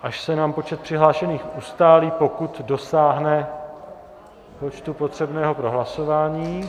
A až se nám počet přihlášených ustálí, pokud dosáhne počtu potřebného pro hlasování...